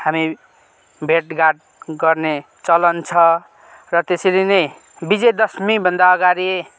हामी भेट घाट गर्ने चलन छ र त्यसरी नै विजया दशमीभन्दा अगाडि